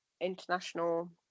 international